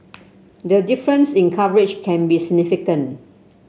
the difference in coverage can be significant